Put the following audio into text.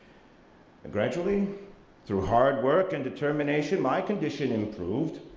gradually through hard work and determination my condition improved,